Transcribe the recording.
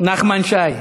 נחמן שי.